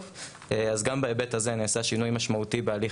גם בהיבט הזה נעשה שינוי משמעותי בהליך